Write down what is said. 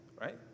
right